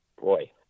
Boy